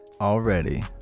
already